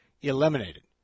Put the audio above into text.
eliminated